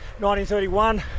1931